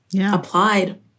applied